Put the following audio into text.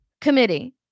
committee